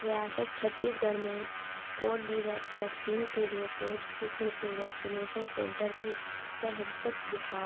ریاست چھتیس گڑھ میں Corbevax vaccine کے لیے پیڈ قسم کے ویکسینیشن سنٹر کی فہرست دکھا